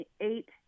eight